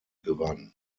gewann